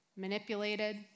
manipulated